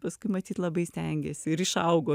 paskui matyt labai stengėsi ir išaugo